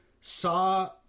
saw